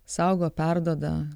saugo perduoda